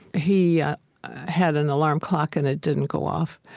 he had an alarm clock, and it didn't go off.